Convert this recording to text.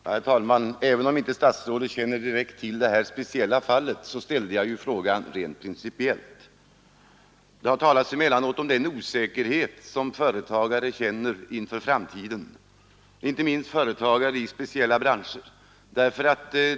Herr talman! Statsrådet kanske inte direkt känner till detta speciella fall, men jag ställde frågan rent principiellt. Det har emellanåt talats om den osäkerhet som företagare känner inför framtiden, inte minst företagare i speciella branscher.